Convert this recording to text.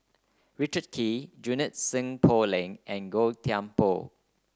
Richard Kee Junie Sng Poh Leng and Gan Thiam Poh